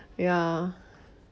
ya